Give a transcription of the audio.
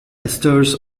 esters